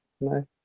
no